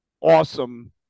awesome